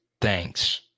Thanks